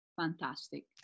fantastic